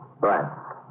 Right